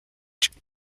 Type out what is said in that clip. deutsch